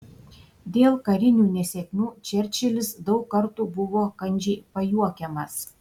dėl karinių nesėkmių čerčilis daug kartų buvo kandžiai pajuokiamas